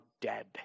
dead